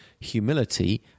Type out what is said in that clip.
humility